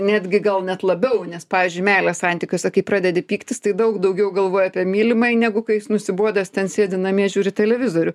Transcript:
netgi gal net labiau nes pavyzdžiui meilės santykiuose kai pradedi pyktis tai daug daugiau galvoji apie mylimąjį negu kai jis nusibodęs ten sėdi namie žiūri televizorių